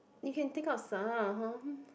you can take out some